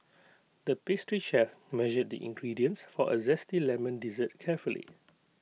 the pastry chef measured the ingredients for A Zesty Lemon Dessert carefully